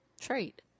trait